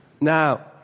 Now